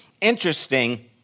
interesting